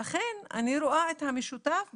לכן אני רואה את המשותף.